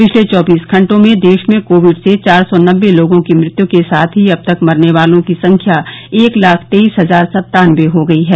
पिछले चौबीस घटों मे देश में कोविड से चार सौ नबे लोगों की मृत्यू के साथ ही अब तक मरने वालों की संख्या एक लाख तेईस हजार सत्तानवे हो गई है